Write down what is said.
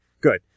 Good